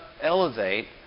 elevate